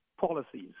policies